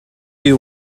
you